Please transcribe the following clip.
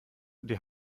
die